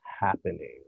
happening